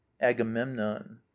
agamemnon